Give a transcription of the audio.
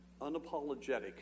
unapologetic